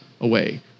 away